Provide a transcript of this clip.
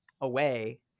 away